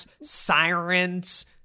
sirens